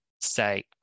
say